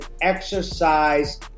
exercise